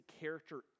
character